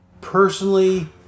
personally